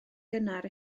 gynnar